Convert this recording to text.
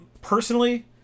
personally